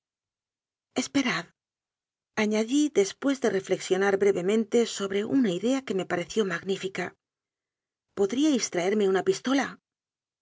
salvarme esperadañadí después de reflexionar breve mente sobre una idea que me pareció magnífica podríais traerme una pistola